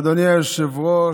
אדוני היושב-ראש,